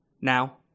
Now